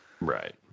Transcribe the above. Right